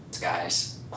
guys